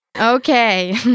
Okay